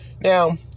Now